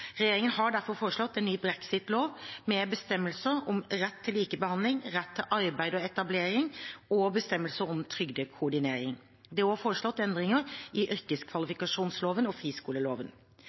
Regjeringen har derfor foreslått en ny brexit-lov med bestemmelser om rett til likebehandling, rett til arbeid og etablering og bestemmelser om trygdekoordinering. Det er også foreslått endringer i yrkeskvalifikasjonsloven og friskoleloven.